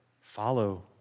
follow